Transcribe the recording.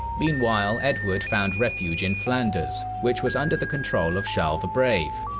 meanwhile, edward found refuge in flanders, which was under the control of charles the brave.